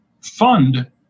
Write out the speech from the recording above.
fund